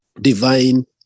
divine